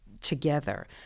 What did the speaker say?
together